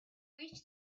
reached